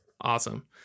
Awesome